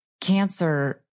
cancer